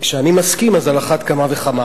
וכשאני מסכים, על אחת כמה וכמה.